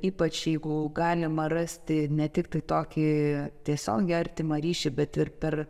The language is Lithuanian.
ypač jeigu galima rasti ne tiktai tokį tiesiogiai artimą ryšį bet ir per